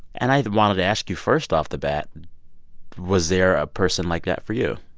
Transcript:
and i wanted to ask you, first off the bat was there a person like that for you?